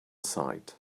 sight